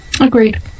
Agreed